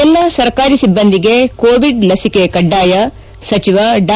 ಎಲ್ಲಾ ಸರ್ಕಾರಿ ಸಿಬ್ಲಂದಿಗೆ ಕೋವಿಡ್ ಲಸಿಕೆ ಕಡ್ಡಾಯ ಸಚಿವ ಡಾ